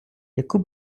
яку